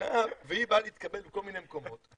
באה להתקבל לכל מיני מקומות,